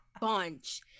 bunch